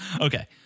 Okay